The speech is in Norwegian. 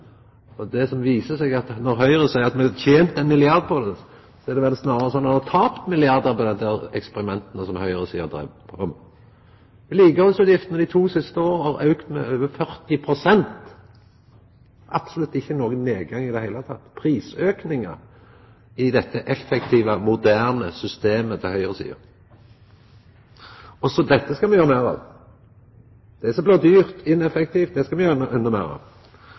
og konstitusjonskomiteen. Det som viser seg når Høgre seier at me har tent ein milliard på det, så er det vel snarare sånn at me har tapt milliardar på desse eksperimenta som høgresida dreiv på med. Vedlikehaldsutgiftene dei to siste åra har auka med over 40 pst. – absolutt ikkje nokon nedgang, men prisauke, i dette effektive, moderne systemet til høgresida. Og dette skal me gjera meir av! Det som blir dyrt, ineffektivt, det skal me gjera endå meir